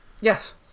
Yes